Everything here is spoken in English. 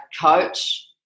coach